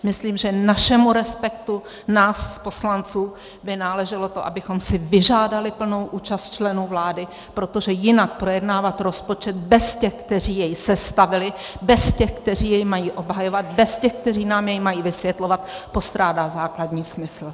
Myslím, že našemu respektu, nás poslanců, by náleželo to, abychom si vyžádali plnou účast členů vlády, protože jinak projednávat rozpočet bez těch, kteří jej sestavili, bez těch, kteří jej mají obhajovat, bez těch, kteří nám jej mají vysvětlovat, postrádá základní smysl.